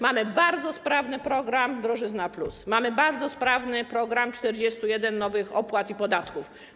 Mamy bardzo sprawny program drożyzna+, mamy bardzo sprawny program 41 nowych opłat i podatków.